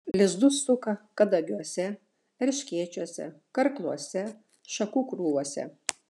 lizdus suka kadagiuose erškėčiuose karkluose šakų krūvose